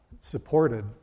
supported